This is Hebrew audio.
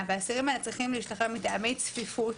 והאסירים האלה צריכים להשתחרר מטעמי צפיפות,